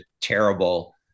terrible